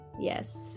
yes